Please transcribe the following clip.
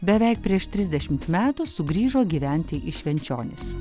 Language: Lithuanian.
beveik prieš trisdešimt metų sugrįžo gyventi į švenčionis